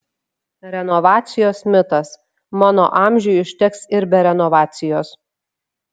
renovacijos mitas mano amžiui užteks ir be renovacijos